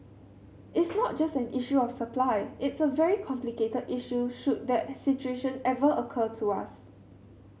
it's not just an issue of supply it's a very complicated issue should that situation ever occur to us